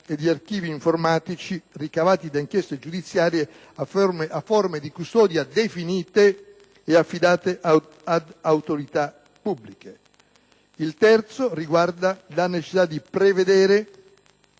e di archivi informatici ricavati da inchieste giudiziarie a forme di custodia definita per legge e affidata ad una autorità pubblica. Il terzo riguarda la necessità di prevedere